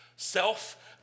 self